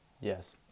Yes